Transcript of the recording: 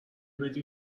بدی